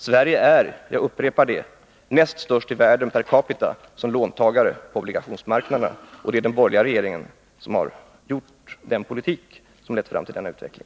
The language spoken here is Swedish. Sverige är, jag upprepar det, näst störst i världen per capita som låntagare på obligationsmarknaden. Och det är den borgerliga regeringen som har utformat den politik som har lett fram till denna utveckling.